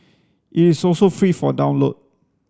it is also free for download